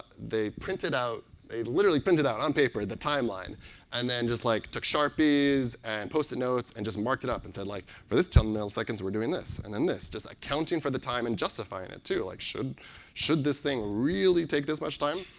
they printed out they literally printed out on paper the timeline and then just like took sharpies and post-it notes and just marked it up. and said like, for this ten milliseconds we're doing this, and then this. just accounting for the time and justifying it, too. like, should should this thing really take this much time.